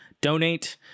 donate